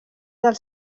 del